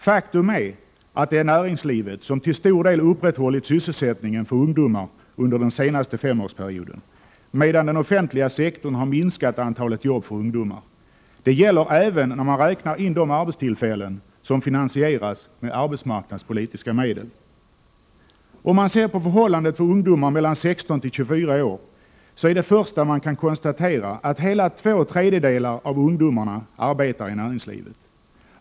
Faktum är att det är näringslivet som till stor del har upprätthållit sysselsättningen för ungdomarna under den senaste femårsperioden, medan den offentliga sektorn har minskat antalet arbeten för ungdomarna. Detta gäller även när man räknar in de arbetstillfällen som finansieras med arbetsmarknadspolitiska medel. Om man ser på förhållandet för ungdomar mellan 16 och 24 år, kan man allra först konstatera att hela två tredjedelar av antalet ungdomar arbetar i näringslivet.